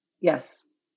Yes